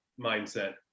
mindset